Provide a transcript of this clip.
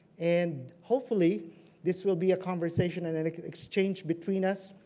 and hopefully this will be a conversation and an exchange between us,